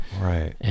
Right